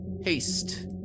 Haste